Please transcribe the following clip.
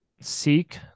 seek